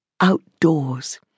Outdoors